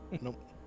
Nope